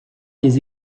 les